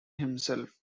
himself